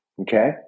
Okay